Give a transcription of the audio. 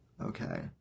Okay